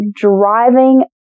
driving